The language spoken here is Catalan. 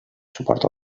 suport